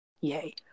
Yay